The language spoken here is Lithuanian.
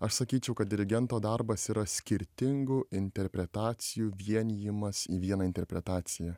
aš sakyčiau kad dirigento darbas yra skirtingų interpretacijų vienijimas į vieną interpretaciją